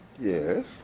Yes